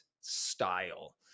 style